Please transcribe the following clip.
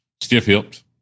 stiff-hipped